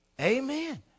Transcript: Amen